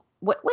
wait